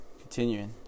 continuing